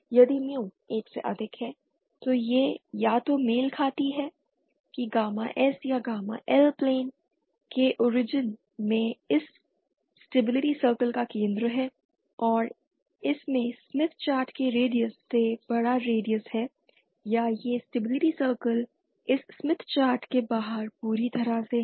यदि mu 1 से अधिक है तो यह या तो मेल खाती है कि गामा S या गामा L प्लेन के ओरिजिन में इस स्टेबिलिटी सर्कल का केंद्र है और इसमें स्मित चार्ट के रेडियस से बड़ा रेडियस है या यह स्टेबिलिटी सर्कल इस स्मिथ चार्ट के बाहर पूरी तरह से है